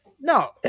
no